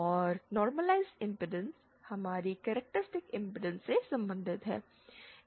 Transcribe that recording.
और normalized impedance हमारी characteristic impedance से संबंधित है